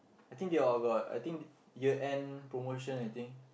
I think all got I think year end promotions I think